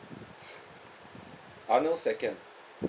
arnold's second